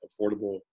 affordable